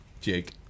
Jake